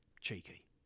Cheeky